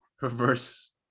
Reverse